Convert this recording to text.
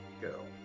go